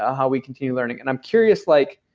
ah how we continue learning. and i'm curious, like,